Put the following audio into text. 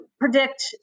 predict